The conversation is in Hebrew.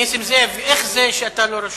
נסים זאב, איך זה שאתה לא רשום?